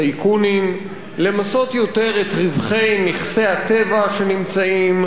למסות יותר את רווחי נכסי הטבע שנמצאים בישראל,